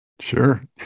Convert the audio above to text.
Sure